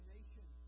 nation